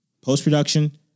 Post-production